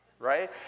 right